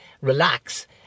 relax